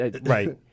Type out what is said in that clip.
Right